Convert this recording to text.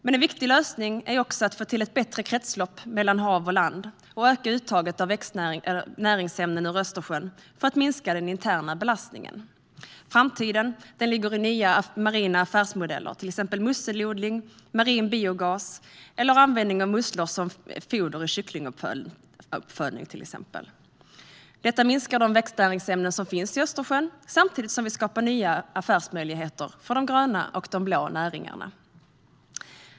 En viktig lösning är också att få ett bättre kretslopp mellan hav och land och öka uttaget av näringsämnen ur Östersjön för att minska den interna belastningen. Framtiden ligger i nya marina affärsmodeller, till exempel musselodling, marin biogas eller användning av musslor som foder i kycklinguppfödningen. Detta minskar de växtnäringsämnen som finns i Östersjön samtidigt som vi skapar nya affärsmöjligheter för de gröna och blå näringarna.